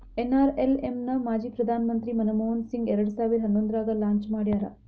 NRLM ನ ಮಾಜಿ ಪ್ರಧಾನ್ ಮಂತ್ರಿ ಮನಮೋಹನ್ ಸಿಂಗ್ ಎರಡ್ ಸಾವಿರ ಹನ್ನೊಂದ್ರಾಗ ಲಾಂಚ್ ಮಾಡ್ಯಾರ